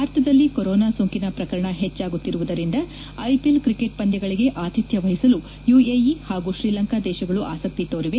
ಭಾರತದಲ್ಲಿ ಕೊರೊನಾ ಸೋಂಕಿನ ಪ್ರಕರಣ ಹೆಚ್ಚಾಗುತ್ತಿರುವುದರಿಂದ ಐಪಿಎಲ್ ಕ್ರಿಕೆಟ್ ಪಂದ್ಯಗಳಿಗೆ ಆತಿಥ್ಯವಹಿಸಲು ಯುಎಇ ಹಾಗೂ ಶ್ರೀಲಂಕಾ ದೇಶಗಳು ಆಸಕ್ತಿ ತೋರಿವೆ